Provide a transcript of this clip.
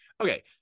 okay